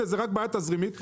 זו רק בעיה תזרימית.